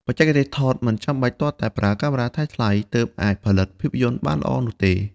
បច្ចេកទេសថតមិនចាំបាច់ទាល់តែប្រើកាមេរ៉ាថ្លៃៗទើបអាចផលិតភាពយន្តបានល្អនោះទេ។